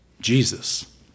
Jesus